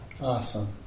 Awesome